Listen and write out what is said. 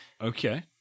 okay